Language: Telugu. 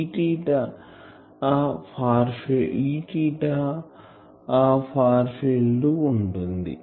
Eθ ఫార్ ఫిల్డ్ ఉంటుంది